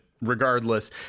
Regardless